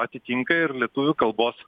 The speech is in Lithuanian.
atitinka ir lietuvių kalbos